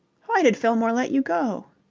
why did fillmore let you go?